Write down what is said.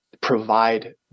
provide